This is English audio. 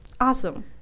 Awesome